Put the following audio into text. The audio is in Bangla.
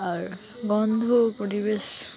আর বন্ধ পরিবেশ